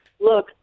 look